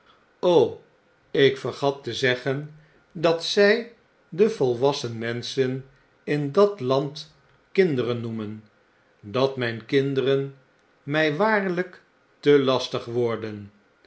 ik vergat te zeggen dat zjj de volwassen menschen in dat land kinderen noemeni datmgn kinderen mfl waarljjk te lastig worden